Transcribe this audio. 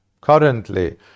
currently